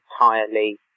entirely